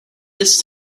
this